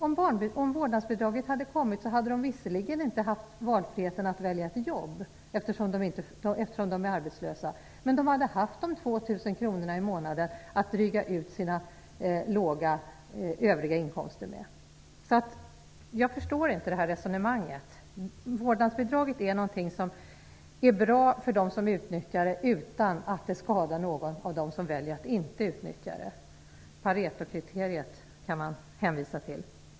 Om vårdnadsbidraget hade funnits hade de visserligen inte fått valfriheten att välja ett jobb, eftersom de är arbetslösa, men de hade haft de 2 000 kronorna i månaden att dryga ut sina låga övriga inkomster med. Jag förstår inte resonemanget. Vårdnadsbidraget är bra för dem som utnyttjar det utan att det skadar dem som väljer att inte utnyttja det. Paretokriteriet kan man hänvisa till.